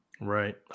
Right